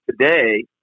Today